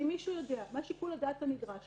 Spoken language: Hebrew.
אם מישהו יודע מה שיקול הדעת הנדרש